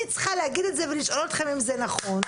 אני צריכה להגיד את זה ולשאול אתכם אם זה נכון,